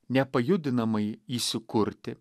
nepajudinamai įsikurti